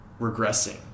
regressing